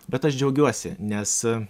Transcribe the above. bet aš džiaugiuosi nes